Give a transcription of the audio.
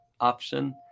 option